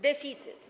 Deficyt.